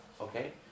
Okay